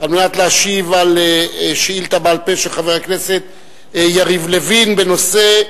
על מנת להשיב על שאילתא בעל-פה של חבר הכנסת יריב לוין בנושא: